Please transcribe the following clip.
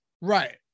right